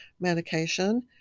medication